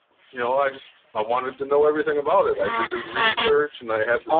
you know, i just i wanted to know everything about it i did the research and i had